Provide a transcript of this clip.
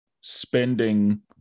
spending